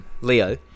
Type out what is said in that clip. Leo